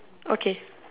okay